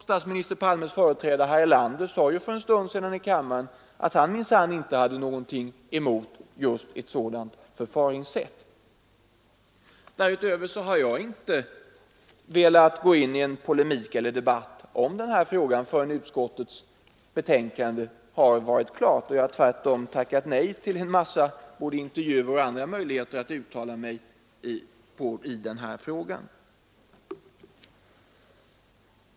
Statsminister Palmes företrädare herr Erlander sade ju för en stund sedan i kammaren att han minsann inte hade någonting emot just ett sådant förfaringssätt. Därutöver har jag inte velat gå in i någon polemik eller debatt i den här frågan förrän utskottets betänkande förelåg. Jag har tvärtom tackat nej till både en mängd intervjuer och andra möjligheter att uttala mig i denna fråga.